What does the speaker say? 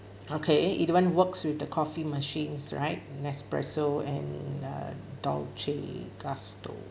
okay either one works with the coffee machines right Nespresso and a Dolce Gusto